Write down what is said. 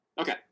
Okay